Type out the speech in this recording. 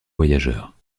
voyageurs